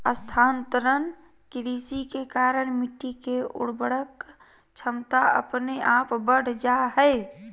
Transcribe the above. स्थानांतरण कृषि के कारण मिट्टी के उर्वरक क्षमता अपने आप बढ़ जा हय